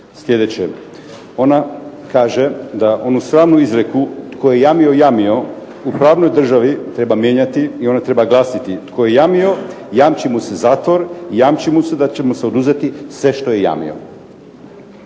sljedeće. Ona kaže da onu samu izreku „Tko je jamio, jamio je“ u pravnoj državi treba mijenjati i ona treba glasiti: „Tko je jamio jamči mu se zatvor, jamči mu se da će mu se oduzeti sve što je jamio“.